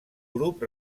grup